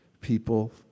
people